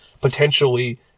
potentially